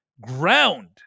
ground